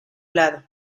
lado